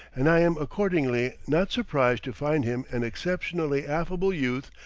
and i am accordingly not surprised to find him an exceptionally affable youth,